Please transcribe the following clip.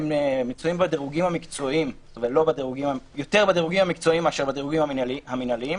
הם מצויים יותר בדירוגים המקצועיים מאשר בדירוגים המינהליים,